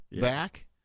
back